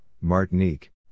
Martinique